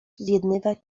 zjednywać